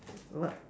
what